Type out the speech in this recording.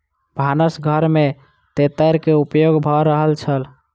भानस घर में तेतैर के उपयोग भ रहल छल